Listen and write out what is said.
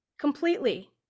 completely